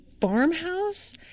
farmhouse